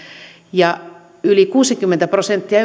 ja yli kuusikymmentä prosenttia